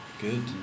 Good